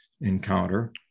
encounter